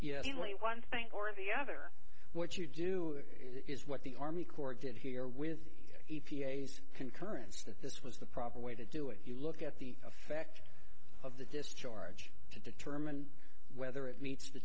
isn't only one thing or the other what you do is what the army corps did hear with the e p a s concurrence that this was the proper way to do it you look at the effect of the discharge to determine whether it meets the